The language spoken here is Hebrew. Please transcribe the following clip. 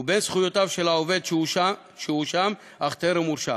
ובין זכויותיו של העובד שהואשם אך טרם הורשע,